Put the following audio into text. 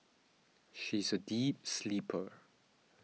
she is a deep sleeper